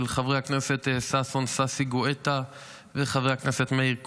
של חבר הכנסת ששון גואטה וחבר הכנסת מאיר כהן.